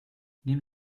nimm